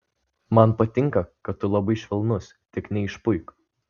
man patinka kad tu labai švelnus tik neišpuik